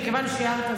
מכיוון שהערת,